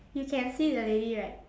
you can see the lady right